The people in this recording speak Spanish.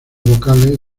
vocales